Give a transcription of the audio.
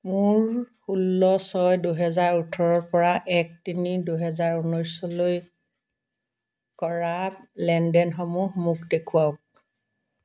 মোৰ ষোল্ল ছয় দুহেজাৰ ওঠৰৰ পৰা এক তিনি দুহেজাৰ ঊনৈছলৈ কৰা লেনদেনসমূহ মোক দেখুৱাওক